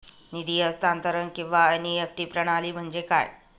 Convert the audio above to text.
निधी हस्तांतरण किंवा एन.ई.एफ.टी प्रणाली म्हणजे काय?